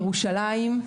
ירושלים,